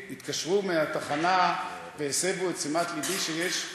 התקשרו מהתחנה והסבו את תשומת לבי שיש,